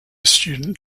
student